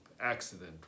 accident